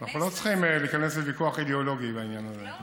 אנחנו לא צריכים להיכנס לוויכוח אידיאולוגי בעניין הזה.